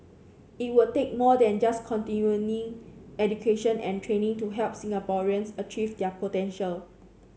it will take more than just continuing education and training to help Singaporeans achieve their potential